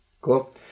Cool